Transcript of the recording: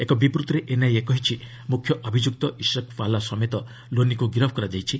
ଏକ ବିବୃତିରେ ଏନ୍ଆଇଏ କହିଛି ମୁଖ୍ୟ ଅଭିଯୁକ୍ତ ଇସକ୍ ପାଲା ସମେତ ଲୋନିଙ୍କୁ ଗିରଫ କରାଯାଇଛି